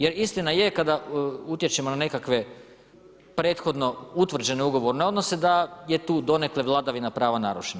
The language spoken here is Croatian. Jer istina je kada utječemo na nekakve prethodno utvrđene ugovorne odnose da je tu donekle vladavina prava narušena.